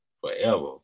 forever